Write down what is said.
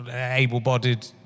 able-bodied